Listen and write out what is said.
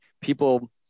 people